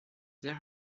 there